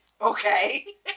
Okay